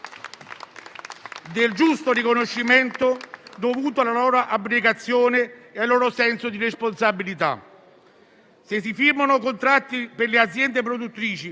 del giusto riconoscimento dovuto alla loro abnegazione e al loro senso di responsabilità. Se si firmano contratti per le aziende produttrici,